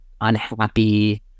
unhappy